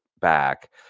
back